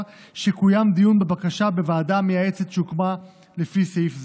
שקוים דיון בבקשה בוועדה המייעצת שהוקמה לפי סעיף זה.